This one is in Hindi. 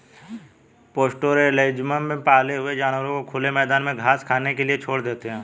पास्टोरैलिज्म में पाले हुए जानवरों को खुले मैदान में घास खाने के लिए छोड़ देते है